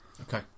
Okay